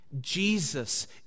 Jesus